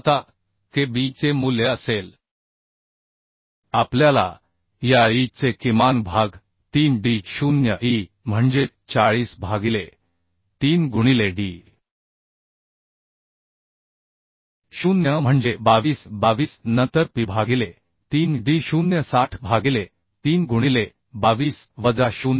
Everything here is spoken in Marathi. आता K B चे मूल्य असेल आपल्याला या E चे किमान भाग 3 D 0 E म्हणजे 40 भागिले 3 गुणिले D 0 म्हणजे 22 22 नंतर P भागिले 3 D 0 60 भागिले 3 गुणिले 22 वजा 0